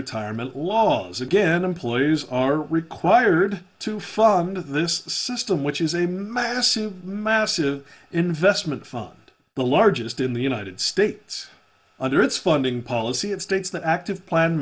retirement laws again employees are required to fund this system which is a massive massive investment fund the largest in the united states under its funding policy it states that active plan